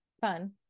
fun